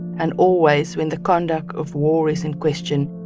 and always, when the conduct of war is in question,